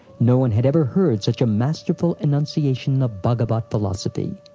no one had ever heard such a masterful enunciation of bhagavat philosophy.